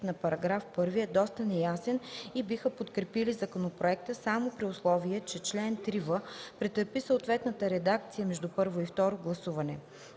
на § 1 е доста неясен и биха подкрепили законопроекта само при условие, че чл. 3в претърпи съответна редакция между първо и второ гласуване.